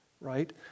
right